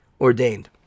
ordained